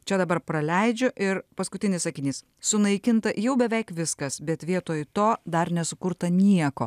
čia dabar praleidžiu ir paskutinis sakinys sunaikinta jau beveik viskas bet vietoj to dar nesukurta nieko